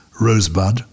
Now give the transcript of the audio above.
Rosebud